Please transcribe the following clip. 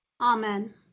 Amen